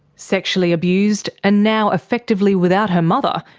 sexually abused and now effectively without her mother,